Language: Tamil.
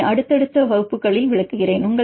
எனவே அடுத்தடுத்த வகுப்புகளில் விளக்குகிறேன்